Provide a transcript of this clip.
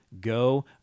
go